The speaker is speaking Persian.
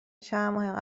چندماه